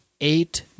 eight